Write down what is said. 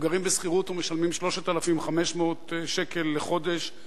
הם גרים בשכירות ומשלמים 3,500 ש"ח לחודש.